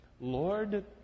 Lord